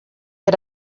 had